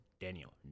Daniel